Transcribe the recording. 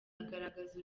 agaragaza